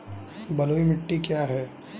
बलुई मिट्टी क्या है?